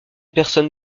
personne